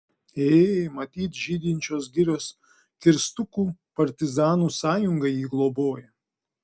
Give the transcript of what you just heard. ė matyt žydinčios girios kirstukų partizanų sąjunga jį globoja